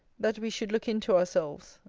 that we should look into ourselves,